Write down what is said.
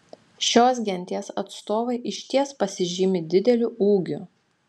šios genties atstovai išties pasižymi dideliu ūgiu